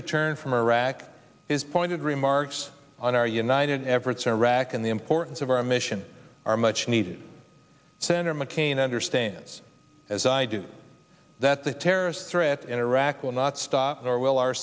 returned from iraq is pointed remarks on our united efforts iraq and the importance of our mission are much needed senator mccain understands as i do that the terrorist threat in iraq will not stop nor will our